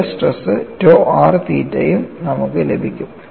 shear stress tau r തീറ്റയും നമുക്ക് ലഭിക്കും